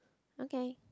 okay